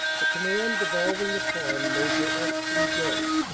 the command devolving upon major f. p. day.